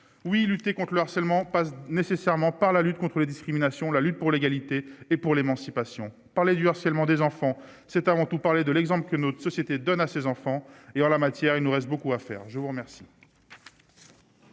oui lutter contres seulement passe nécessairement par la lutte contre les discriminations, la lutte pour l'égalité et pour l'émancipation parler du harcèlement des enfants, c'est avant tout parler de l'exemple que notre société donne à ses enfants et en la matière, il nous reste beaucoup à faire, je vous remercie.